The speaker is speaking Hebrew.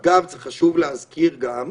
אגב, חשוב להזכיר גם,